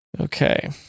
Okay